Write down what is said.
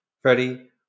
Freddie